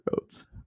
roads